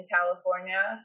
California